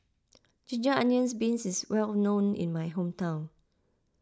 Ginger Onions Beef is well known in my hometown